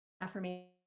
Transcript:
affirmation